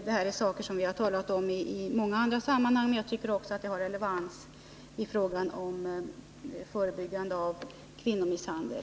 Det här är sådant som vi talat om i många andra sammanhang, men jag tycker att det har relevans även i fråga om förebyggande av kvinnomisshandel.